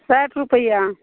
साठि रुपैआ